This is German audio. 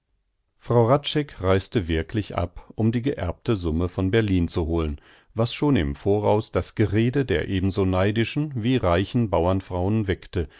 frau hradscheck reiste wirklich ab um die geerbte summe von berlin zu holen was schon im voraus das gerede der ebenso neidischen wie reichen bauernfrauen weckte